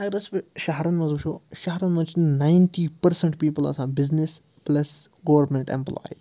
اگر أسۍ وۄنۍ شَہرَن منٛز وٕچھو شَہرَن مَنٛز چھِ نایِنٹی پٔرسنٛٹ پیٖپٕل آسان بِزنِس پٕلَس گورمٮ۪نٛٹ اٮ۪مپٕلایِز